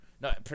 No